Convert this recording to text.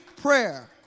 prayer